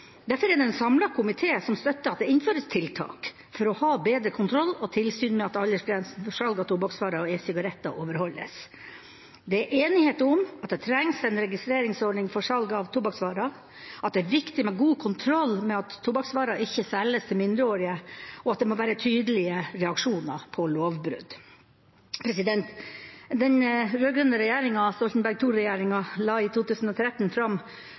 Derfor er det en samlet komité som støtter at det innføres tiltak for å ha bedre kontroll og tilsyn med at aldersgrensen for salg av tobakksvarer og e-sigaretter overholdes. Det er enighet om at det trengs en registreringsordning for salg av tobakksvarer, at det er viktig med god kontroll med at tobakksvarer ikke selges til mindreårige, og at det må være tydelige reaksjoner på lovbrudd. Den rød-grønne regjeringen, Stoltenberg II-regjeringen, la i 2012 fram